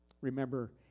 Remember